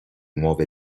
nuove